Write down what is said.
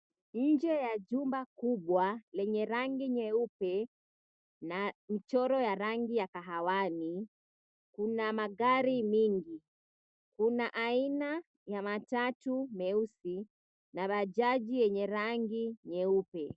Nje ya jumba kubwa lenye rangi nyeupe na mchoro ya rangi ya kahawani kuna magari mingi. Kuna aina ya matatu meusi na bajaji yenye rangi nyeupe.